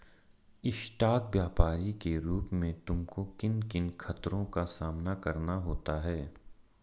Stock व्यापरी के रूप में तुमको किन किन खतरों का सामना करना होता है?